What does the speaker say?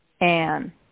Anne